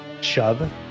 shove